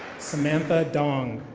samantha dong.